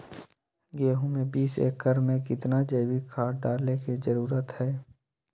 गेंहू में बीस एकर में कितना जैविक खाद डाले के जरूरत है?